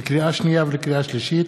לקריאה שנייה ולקריאה שלישית: